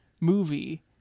movie